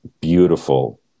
beautiful